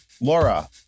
Laura